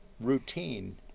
routine